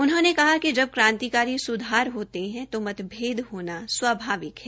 उनहोंनें कहा कि जब क्रांतिकारी सुधार होते है तो मतभेद होना स्वाभाविक है